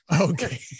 Okay